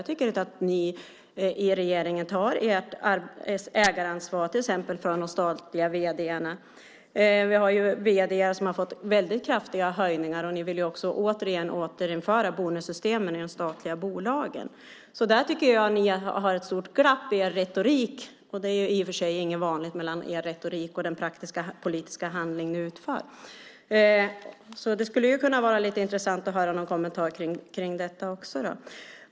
Jag tycker inte att ni i regeringen tar ert ägaransvar för till exempel de statliga vd:arna. Vi har vd:ar som har fått väldigt kraftiga höjningar. Ni vill också återinföra bonussystemen i de statliga bolagen. Där tycker jag att ni har ett stort glapp i er retorik. Det är i och för sig inte ovanligt när det gäller er retorik och den politiska praktiska handling ni utför. Det skulle kunna vara intressant att höra en kommentar om det.